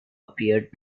appeared